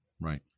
Right